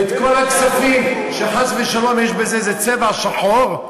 וכל הכספים שחס ושלום יש בהם איזה צבע שחור,